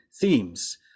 themes